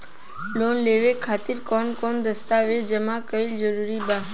Loan लेवे खातिर कवन कवन दस्तावेज जमा कइल जरूरी बा?